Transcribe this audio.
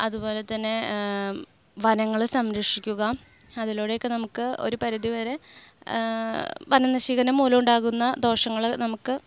അതുപോലെതന്നെ വനങ്ങൾ സംരക്ഷിക്കുക അതിലൂടെയൊക്കെ നമുക്ക് ഒരു പരിധിവരെ വനനശീകരണം മൂലം ഉണ്ടാകുന്ന ദോഷങ്ങൾ നമുക്ക്